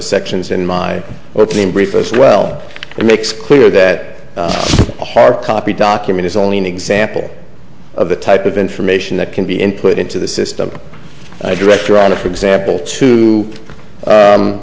sections in my or clean brief as well it makes clear that a hard copy document is only an example of the type of information that can be input into the system i direct around it for example two